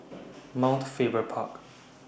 Mount Faber Park